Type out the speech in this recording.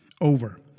over